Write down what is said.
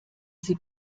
sie